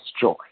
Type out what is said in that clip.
joy